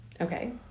Okay